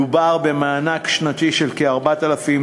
מדובר במענק שנתי של כ-4,600